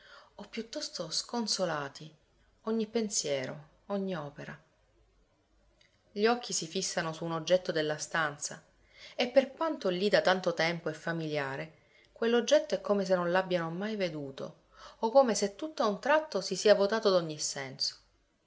o piuttosto sconsolati ogni pensiero ogni opera gli occhi si fissano su un oggetto della stanza e per quanto lì da tanto tempo e familiare quell'oggetto è come se non l'abbiano mai veduto o come se tutt'a un tratto si sia votato d'ogni senso